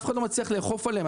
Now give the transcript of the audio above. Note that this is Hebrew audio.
אף אחד לא מצליח לאכוף עליהם.